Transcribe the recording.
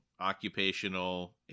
occupational